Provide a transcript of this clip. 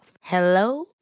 Hello